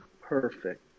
perfect